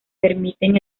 permiten